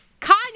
Kanye